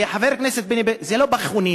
וחבר הכנסת בני בגין, זה לא פחונים.